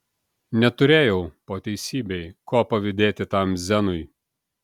neturėjau po teisybei ko pavydėti tam zenui